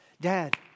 Dad